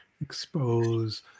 Expose